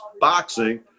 boxing